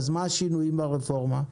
אז מה השינויים ברפורמה?